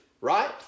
right